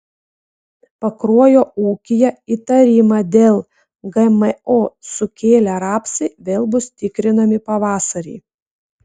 pakruojo ūkyje įtarimą dėl gmo sukėlę rapsai vėl bus tikrinami pavasarį